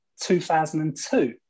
2002